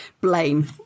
blame